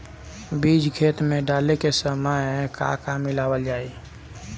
बीज खेत मे डाले के सामय का का मिलावल जाई?